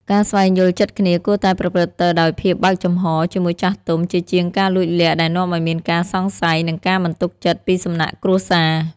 ការស្វែងយល់ចិត្តគ្នាគួរតែប្រព្រឹត្តទៅដោយ "ភាពបើកចំហ" ជាមួយចាស់ទុំ ជាជាងការលួចលាក់ដែលនាំឱ្យមានការសង្ស័យ និងការមិនទុកចិត្តពីសំណាក់គ្រួសារ។